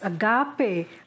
agape